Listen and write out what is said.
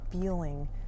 feeling